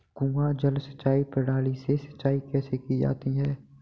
कुआँ जल सिंचाई प्रणाली से सिंचाई कैसे की जाती है?